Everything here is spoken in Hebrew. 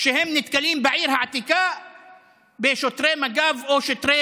כשהם נתקלים, בעיר העתיקה בשוטרי מג"ב או שוטרי